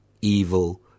evil